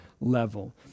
level